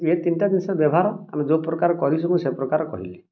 ଏ ତିନୋଟି ଜିନିଷର ବ୍ୟବହାର ଆମେ ଯୋଉପ୍ରକାର କରିଛୁ ମୁଁ ସେ ପ୍ରକାର କହିଲି